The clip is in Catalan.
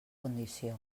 condició